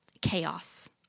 chaos